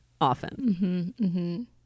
often